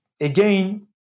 again